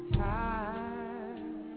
time